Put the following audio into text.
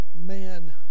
man